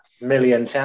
million